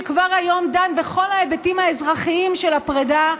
שכבר היום דן בכל ההיבטים האזרחיים של הפרידה,